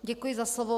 Děkuji za slovo.